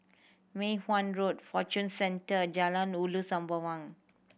Mei Hwan Road Fortune Centre Jalan Ulu Sembawang